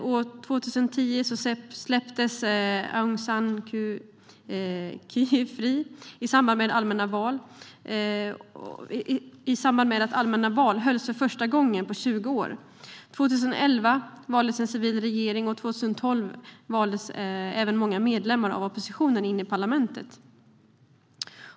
År 2010 släpptes Aung San Suu Kyi fri i samband med att allmänna val hölls för första gången på 20 år. År 2011 valdes en civil regering, och 2012 valdes även många medlemmar av oppositionen in i parlamentet.